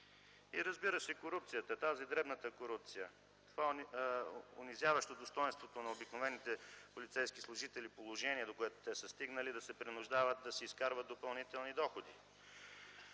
и, разбира се, корупцията – тази, дребната корупция, унизяваща достойнството на обикновените полицейски служители, и положение, до което те са стигнали, да се принуждават да си изкарват допълнителни доходи.